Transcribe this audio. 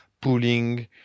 pulling